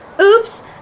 oops